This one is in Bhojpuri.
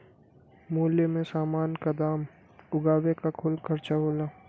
मूल्य मे समान क दाम उगावे क कुल खर्चा होला